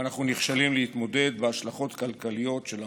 ואנחנו נכשלים בהתמודדות עם השלכות הכלכליות של המצב.